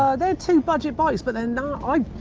they're two budget bikes, but they're not. i.